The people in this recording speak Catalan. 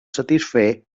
satisfer